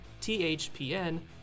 THPN